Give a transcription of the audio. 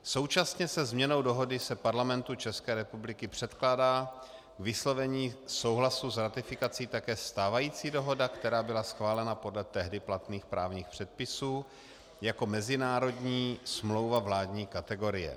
Současně se změnou dohody se Parlamentu České republiky předkládá k vyslovení souhlasu s ratifikací také stávající dohoda, která byla schválena podle tehdy platných právních předpisů jako mezinárodní smlouva vládní kategorie.